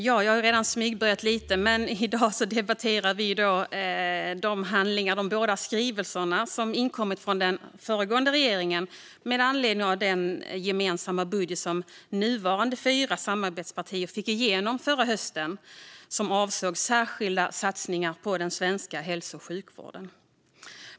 Fru talman! I dag debatteras de två skrivelser som har inkommit från den föregående regeringen med anledning av den gemensamma budget som de nuvarande fyra samarbetspartierna fick igenom förra hösten och som avsåg särskilda satsningar på den svenska hälso och sjukvården.